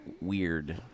weird